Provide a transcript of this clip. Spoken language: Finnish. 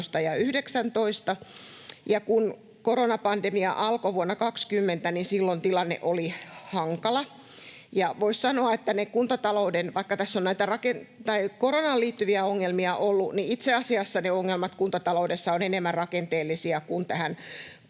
ja 19, ja kun koronapandemia alkoi vuonna 20, niin silloin tilanne oli hankala. Voisi sanoa, että vaikka tässä on näitä koronaan liittyviä ongelmia ollut, niin itse asiassa ne ongelmat kuntataloudessa ovat enemmän rakenteellisia kuin tähän